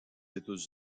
états